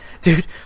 Dude